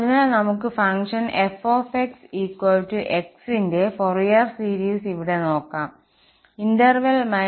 അതിനാൽ നമുക്ക് function f x ന്റെ ഫോറിയർ സീരീസ് ഇവിടെ നോക്കാം ഇടവേള π π